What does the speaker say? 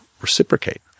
reciprocate